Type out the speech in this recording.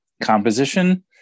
composition